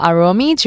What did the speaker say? Aromi